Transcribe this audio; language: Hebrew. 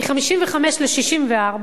מ-55 ל-64,